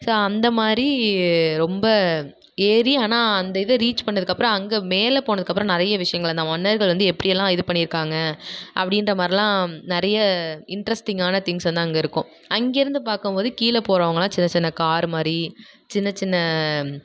so அந்த மாதிரி ரொம்ப ஏறி ஆனால் அந்த இதை ரீச் பண்ணதுக்கப்புறம் அங்கே மேலே போனதுக்கப்றம் நிறையா விஷயங்கள் அந்த மன்னர்கள் வந்து எப்படியெல்லான் இது பண்ணிருக்காங்க அப்படின்ற மாரிலாம் நிறைய இன்ட்ரெஸ்ட்டிங்கான திங்ஸ் வந்து அங்கே இருக்கும் அங்கேர்ந்து பார்க்கும்போது கீழே போகறவுங்களா சின்ன சின்ன கார் மாதிரி சின்ன சின்ன